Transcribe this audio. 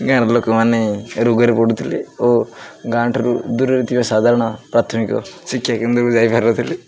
ଗାଁର ଲୋକମାନେ ରୋଗରେ ପଡ଼ୁଥିଲେ ଓ ଗାଁ ଠାରୁ ଦୂରରେ ଥିବା ସାଧାରଣ ପ୍ରାଥମିକ ଶିକ୍ଷାକେନ୍ଦ୍ରକୁ ଯାଇପାରୁଥିଲେ